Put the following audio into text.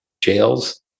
Jails